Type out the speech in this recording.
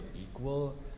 equal